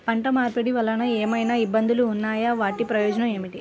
పంట మార్పిడి వలన ఏమయినా ఇబ్బందులు ఉన్నాయా వాటి ప్రయోజనం ఏంటి?